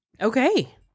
Okay